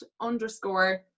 underscore